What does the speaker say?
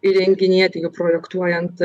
įrenginėti jau projektuojant